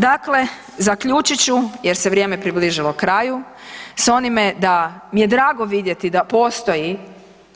Dakle, zaključit ću jer se vrijeme približilo kraju s onime da mi je drago vidjeti da postoji